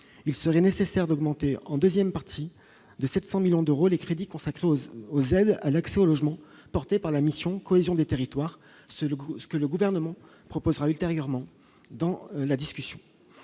il serait nécessaire, en seconde partie, d'augmenter de 700 millions d'euros les crédits consacrés aux aides à l'accès au logement portées par la mission « Cohésion des territoires », ce que le Gouvernement proposera ultérieurement dans le cours